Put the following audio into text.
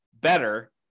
better